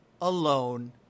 alone